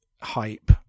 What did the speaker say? hype